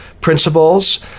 principles